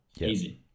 easy